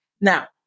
Now